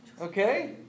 Okay